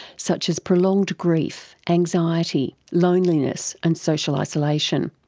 such as prolonged grief, anxiety, loneliness and social isolation.